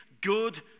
good